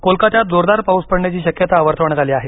कोलकात्यात जोरदार पाऊस पडण्याची शक्यता वर्तवण्यात आली आहे